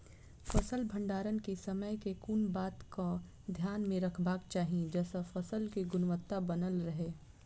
फसल भण्डारण केँ समय केँ कुन बात कऽ ध्यान मे रखबाक चाहि जयसँ फसल केँ गुणवता बनल रहै?